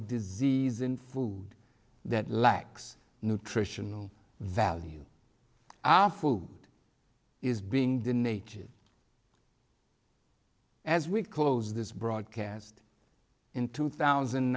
disease in food that lacks nutritional value our food is being the nature as we close this broadcast in two thousand